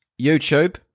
YouTube